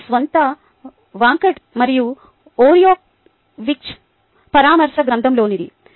ఇది మీ స్వంత వాంకట్ మరియు ఓరియోవిక్జ్ పరామర్శ గ్రంథoలోనిది